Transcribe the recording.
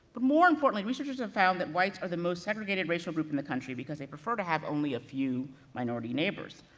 but more importantly, researchers have found that whites are the most segregated racial group in the country, because they prefer to have only a few minority neighbors.